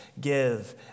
Give